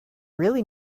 really